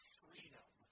freedom